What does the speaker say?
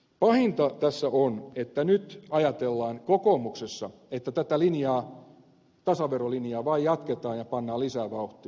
pahinta tässä on että nyt ajatellaan kokoomuksessa että tätä linjaa tasaverolinjaa vaan jatketaan ja pannaan lisää vauhtia